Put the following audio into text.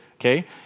okay